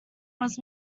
was